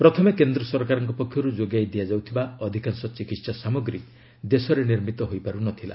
ପ୍ରଥମେ କେନ୍ଦ୍ର ସରକାରଙ୍କ ପକ୍ଷରୁ ଯୋଗାଇ ଦିଆଯାଇଥିବା ଅଧିକାଂଶ ଚିକିତ୍ସା ସାମଗ୍ରୀ ଦେଶରେ ନିର୍ମିତ ହୋଇପାରୁ ନଥିଲା